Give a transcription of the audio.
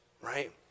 right